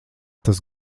tas